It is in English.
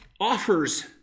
offers